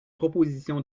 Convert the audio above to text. proposition